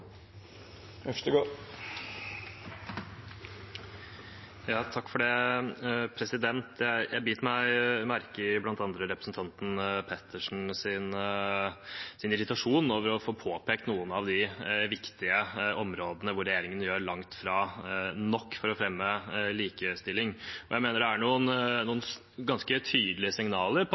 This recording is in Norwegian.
Jeg bet meg merke i bl.a. representanten Pettersens irritasjon over å få påpekt noen av de viktige områdene hvor regjeringen langt fra gjør nok for å fremme likestilling. Jeg mener det er noen ganske tydelige signaler